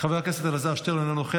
חבר הכנסת ירון לוי,